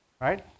right